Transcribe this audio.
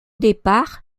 départ